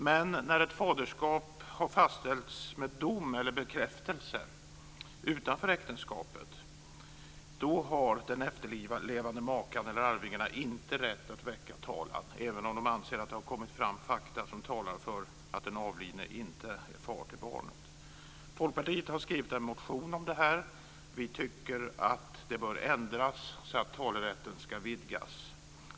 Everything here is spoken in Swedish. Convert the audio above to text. Men när ett faderskap har fastställts med dom eller bekräftelse utanför äktenskapet har den efterlevande maken eller arvingarna inte rätt att väcka talan, även om de anser att det har kommit fram fakta som talar för att den avlidne inte är far till barnet. Folkpartiet har väckt en motion om detta. Vi tycker att detta bör ändras så att talerätten vidgas.